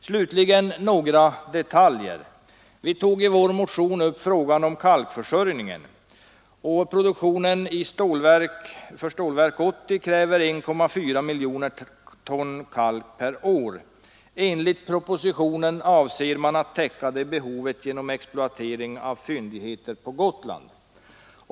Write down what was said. Slutligen några detaljer. Vi tog i vår motion upp frågan om kalkförsörjningen. Produktionen i Stålverk 80 kräver 1,4 miljoner ton kalk per år. Enligt propositionen avser man att täcka detta behov genom exploatering av fyndigheter på Gotland.